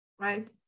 right